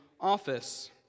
office